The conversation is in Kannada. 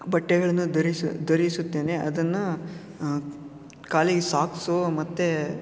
ಬಟ್ಟೆಗಳನ್ನು ಧರಿಸು ಧರಿಸುತ್ತೇನೆ ಅದನ್ನು ಕಾಲಿಗೆ ಸಾಕ್ಸೂ ಮತ್ತು